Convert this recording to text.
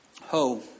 Ho